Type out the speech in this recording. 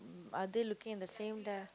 mm are they looking in the same da~